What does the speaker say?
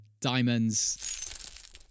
diamonds